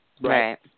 Right